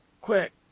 Quick